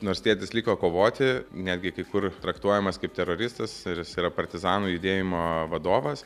nors tėtis liko kovoti netgi kai kur traktuojamas kaip teroristas ir jis yra partizanų judėjimo vadovas